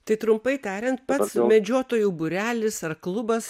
tai trumpai tariant pats medžiotojų būrelis ar klubas